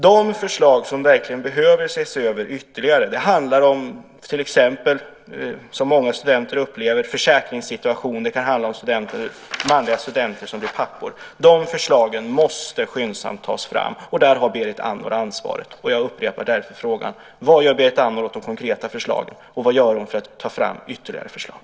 De förslag som verkligen behöver ses över ytterligare handlar till exempel om det som många studenter upplever i försäkringssituationer. Det kan också handla om manliga studenter som blir pappor. De förslagen måste skyndsamt tas fram. Där har Berit Andnor ansvaret, och jag upprepar därför frågan: Vad gör Berit Andnor åt de konkreta förslagen och vad gör hon för att ta fram ytterligare förslag?